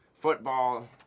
football